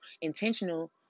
intentional